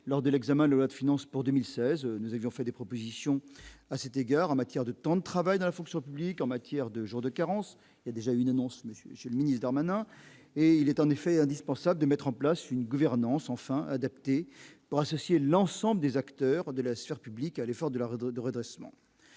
lors de l'examen, loi de finances pour 2016, nous avions fait des propositions à cet égard en matière de temps de travail dans la fonction publique en matière de jour de carence y a déjà une annonce Monsieur Michel ministère maintenant et il est en effet indispensable de mettre en place une gouvernance enfin adapté pour associer l'ensemble des acteurs de la sphère publique à l'effort de la Redoute